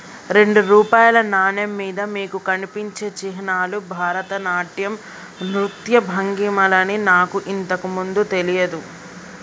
రెండు రూపాయల నాణెం మీద మీకు కనిపించే చిహ్నాలు భరతనాట్యం నృత్య భంగిమలని నాకు ఇంతకు ముందు తెలియదు